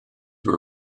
were